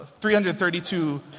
332